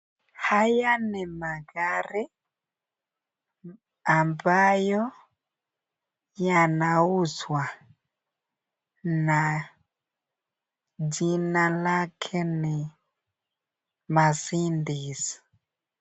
Haya ni magari ambayo yanauzwa na jina lake ni Mercedes.